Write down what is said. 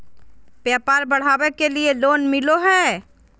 व्यापार बढ़ावे के लिए लोन मिलो है?